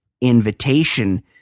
invitation